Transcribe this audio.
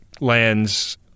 lands